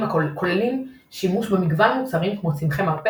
כוללים שימוש במגוון מוצרים כמו צמחי מרפא,